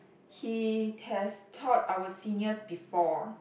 he has taught our seniors before